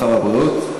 הרווחה והבריאות.